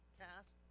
cast